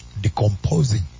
decomposing